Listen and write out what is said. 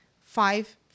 five